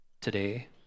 today